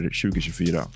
2024